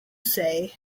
say